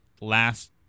last